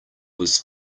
was